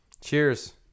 cheers